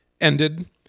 ended